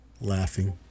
laughing